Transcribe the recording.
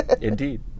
Indeed